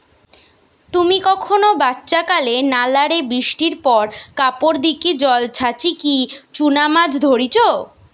তুমি কখনো বাচ্চাকালে নালা রে বৃষ্টির পর কাপড় দিকি জল ছাচিকি চুনা মাছ ধরিচ?